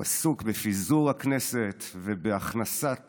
הוא עסוק בפיזור הכנסת ובהכנסת